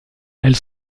elle